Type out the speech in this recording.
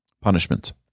punishment